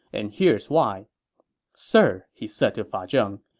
and here's why sir, he said to fa zheng,